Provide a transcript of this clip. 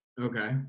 okay